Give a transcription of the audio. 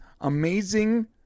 amazing